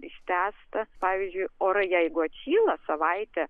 ištęsta pavyzdžiui orai jeigu atšyla savaitę